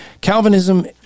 Calvinism